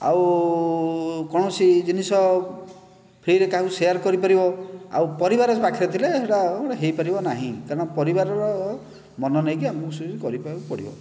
ଆଉ କୌଣସି ଜିନିଷ ଫ୍ରିରେ ତାଙ୍କୁ ସେୟାର୍ କରିପାରିବ ଆଉ ପରିବାର ପାଖରେ ଥିଲେ ସେହିଟା ହୋଇପାରିବ ନାହିଁ କାରଣ ପରିବାରର ମନ ନେଇକି ଆମକୁ ସବୁ କରିବାକୁ ପଡ଼ିବ